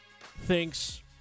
thinks